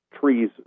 trees